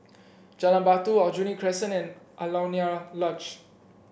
Jalan Batu Aljunied Crescent and Alaunia Lodge